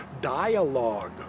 dialogue